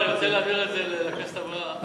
אני רוצה להעביר את זה לכנסת הבאה.